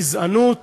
גזענות